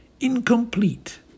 incomplete